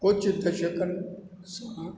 कुझु दशकनि सां